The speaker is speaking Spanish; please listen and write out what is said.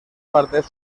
partes